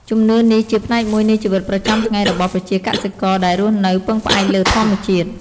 ជំនឿនេះជាផ្នែកមួយនៃជីវិតប្រចាំថ្ងៃ របស់ប្រជាកសិករដែលរស់នៅពឹងផ្អែកលើធម្មជាតិ។